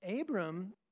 Abram